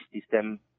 system